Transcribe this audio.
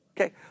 okay